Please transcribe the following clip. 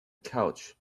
couch